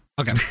Okay